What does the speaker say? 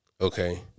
Okay